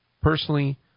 Personally